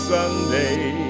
Sunday